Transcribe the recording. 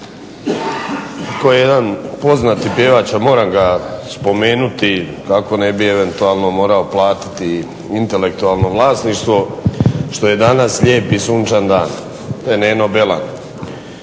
Kao jedan poznati pjevač, a moram ga spomenuti kako ne bi eventualno morao platiti intelektualno vlasništvo, što je danas lijep i sunčan dan. To je Neno Belan.